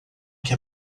que